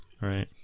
Right